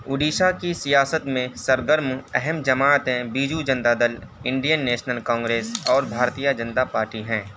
اڑیسہ کی سیاست میں سرگرم اہم جماعتیں Biju Janata Dal Indian National Congress اور بھارتیہ جنتا پارٹی ہیں